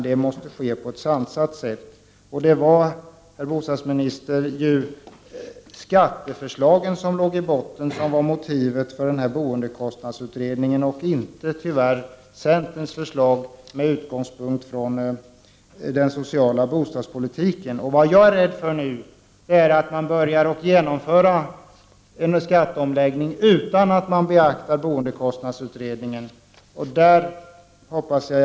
Det måste ske på ett sansat sätt. Det var, herr bostadsminister, skatteförslagen som låg i botten som motiv för boendekostnadsutredningen, tyvärr inte centerns förslag med utgångspunkt i den sociala bostadspolitiken. Jag är rädd för att man nu börjar genomföra en skatteomläggning utan att beakta boendekostnadsutredningens förslag.